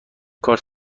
کارت